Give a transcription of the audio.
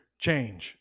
change